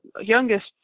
youngest